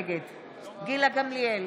נגד גילה גמליאל,